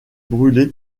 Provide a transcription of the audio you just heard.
brûlée